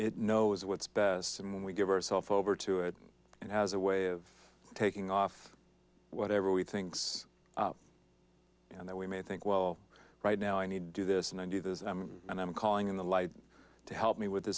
it knows what's best and we give ourself over to it and as a way of taking off whatever we thinks and then we may think well right now i need to do this and i do this and i'm calling in the light to help me with th